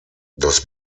das